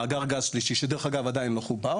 מאגר גז שלישי שדרך אגב עדיין לא חובר